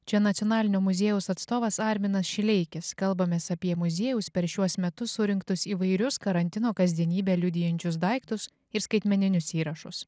čia nacionalinio muziejaus atstovas arminas šileikis kalbamės apie muziejaus per šiuos metus surinktus įvairius karantino kasdienybę liudijančius daiktus ir skaitmeninius įrašus